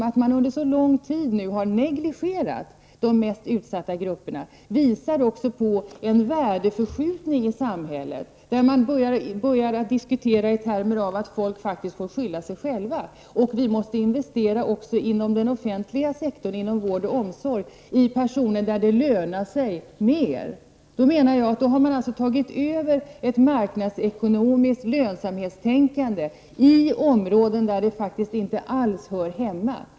Att man under så lång tid har negligerat de mest utsatta grupperna tyder på en värdeförskjutning i samhället. Man börjar diskutera i termerna att folk faktiskt får skylla sig själva och att vi även inom vård och omsorg måste investera i de personer som det är lönande att investera i. Därmed anser jag att man tagit över ett marknadsekonomiskt lönsamhetstänkande på områden där detta faktiskt inte alls hör hemma.